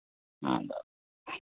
ᱟᱫᱚ